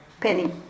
Penny